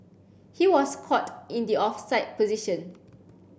he was caught in the offside position